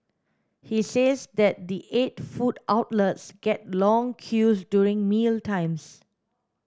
he says that the eight food outlets get long queues during mealtimes